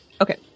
Okay